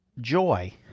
joy